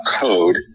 code